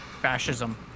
fascism